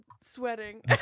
sweating